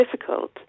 difficult